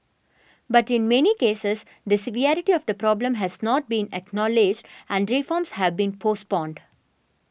but in many cases the severity of the problem has not been acknowledged and reforms have been postponed